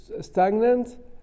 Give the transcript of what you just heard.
stagnant